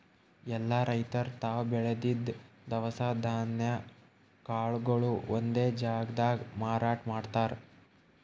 ಎಲ್ಲಾ ರೈತರ್ ತಾವ್ ಬೆಳದಿದ್ದ್ ದವಸ ಧಾನ್ಯ ಕಾಳ್ಗೊಳು ಒಂದೇ ಜಾಗ್ದಾಗ್ ಮಾರಾಟ್ ಮಾಡ್ತಾರ್